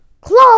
Close